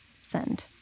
Send